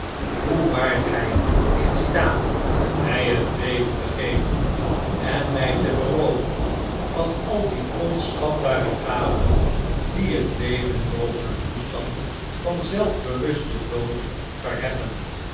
hoe waart gij in staat mi het leven te geven en mij te berooven van al die onschatbare gaven die het leven boven een toestand van zelfbewusten dood verheffen